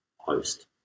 post-